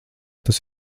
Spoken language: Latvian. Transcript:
tas